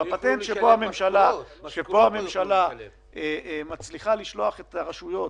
הפטנט שבו הממשלה מצליחה לשלוח את הרשויות